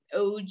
og